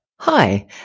Hi